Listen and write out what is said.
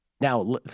Now